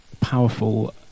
powerful